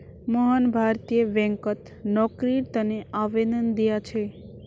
मोहन भारतीय बैंकत नौकरीर तने आवेदन दिया छे